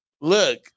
look